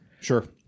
Sure